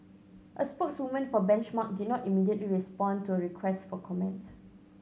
a spokeswoman for Benchmark did not immediately respond to a request for comment